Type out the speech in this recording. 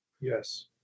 Yes